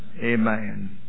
Amen